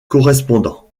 correspondants